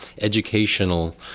educational